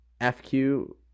FQ